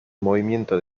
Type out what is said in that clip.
movimiento